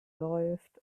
läuft